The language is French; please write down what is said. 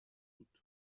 doute